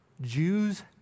Jews